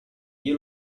you